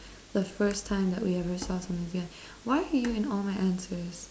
the first time that we ever saw something why are you in all my answers